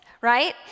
right